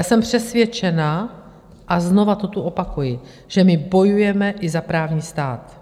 Jsem přesvědčená, a znovu to tu opakuji, že my bojujeme i za právní stát.